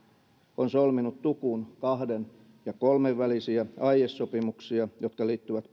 on solminut tukun kahden ja kolmenvälisiä aiesopimuksia jotka liittyvät